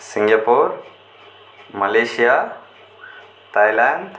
Singapore Malaysia Thailand